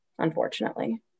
unfortunately